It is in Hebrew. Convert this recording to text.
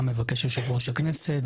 שלום לכולם.